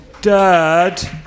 Dad